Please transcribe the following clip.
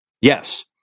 yes